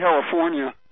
California